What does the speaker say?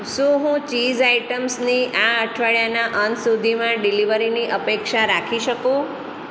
શું હું ચીઝ આઇટમ્સની આ અઠવાડિયાના અંત સુધીમાં ડિલિવરીની અપેક્ષા રાખી શકું